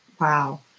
Wow